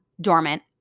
dormant